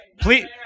please